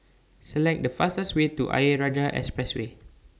Select The fastest Way to Ayer Rajah Expressway